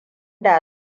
da